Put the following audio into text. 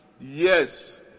Yes